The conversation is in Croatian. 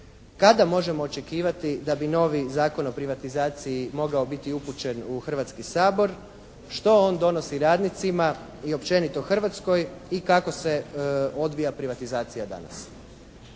kada možemo očekivati da bi novi Zakon o privatizaciji mogao biti upućen u Hrvatski sabor, što on donosi radnicima i općenito Hrvatskoj i kako se odvija privatizacija danas.